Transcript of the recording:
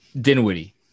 Dinwiddie